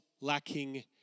lacking